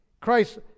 Christ